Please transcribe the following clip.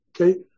Okay